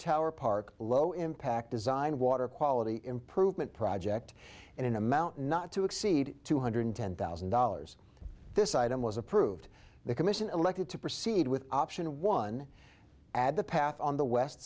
tower park low impact design water quality improvement project and an amount not to exceed two hundred ten thousand dollars this item was approved the commission elected to proceed with option one add the path on the west